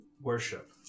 worship